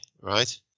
Right